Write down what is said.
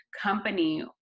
company